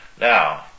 Now